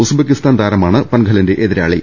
Uzbekistan താരമാണ് പൻഘലിന്റെ എതിരാളി